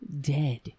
dead